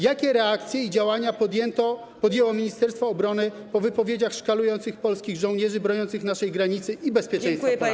Jakie reakcje i działania podjęło ministerstwo obrony po wypowiedziach szkalujących polskich żołnierzy broniących naszej granicy i bezpieczeństwa Polaków?